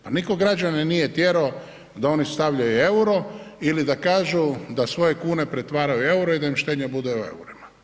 Pa nitko građane nije tjerao da oni stavljaju EUR-o ili da kažu da svoj kune pretvaraju u EUR-o i da im štednja bude u EUR-ima.